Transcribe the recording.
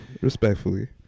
respectfully